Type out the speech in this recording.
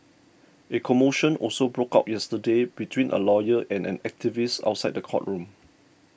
a commotion also broke out yesterday between a lawyer and an activist outside the courtroom